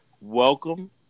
Welcome